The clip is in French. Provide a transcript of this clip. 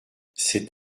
cet